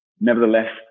Nevertheless